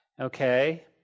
okay